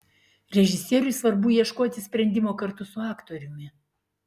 režisieriui svarbu ieškoti sprendimo kartu su aktoriumi